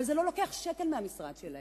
אבל זה לא לוקח שקל מהמשרד שלהם.